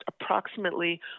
approximately